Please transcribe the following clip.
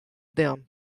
them